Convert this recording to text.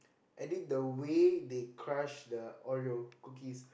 edit the way they crush the Oreo cookies